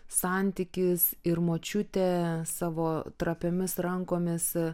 santykis ir močiutė savo trapiomis rankomis